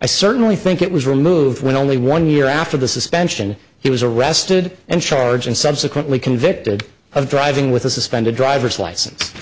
i certainly think it was removed when only one year after the suspension he was arrested and charged and subsequently convicted of driving with a suspended driver's license